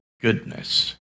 goodness